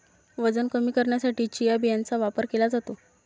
वजन कमी करण्यासाठी चिया बियांचा वापर केला जातो